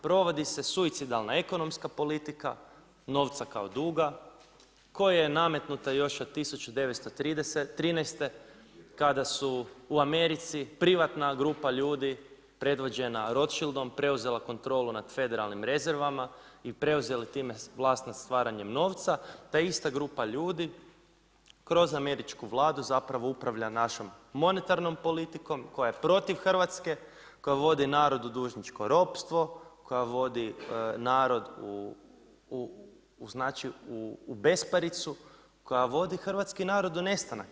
Provodi se suicidalna ekonomska politika, novca kao duga, koja je nametnuta još od 1913. kada su u Americi privatna grupa ljudi predvođena Rothschildom preuzela kontrolu nad federalnim rezervama i preuzeli time vlast nad stvaranjem novca, ta ista grupa ljudi kroz Američku Vladu zapravo upravlja našom monetarnom politikom, koja je protiv Hrvatske, koja vodi narod u dužničko ropstvo, koja vodi narod u besparicu, koja vodi hrvatski narod u nestanak.